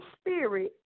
spirit